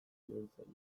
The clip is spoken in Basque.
bihurtzaile